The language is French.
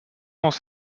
dans